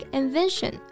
invention